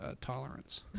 tolerance